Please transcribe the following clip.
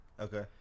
Okay